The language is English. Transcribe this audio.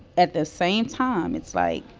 at the same time, it's like,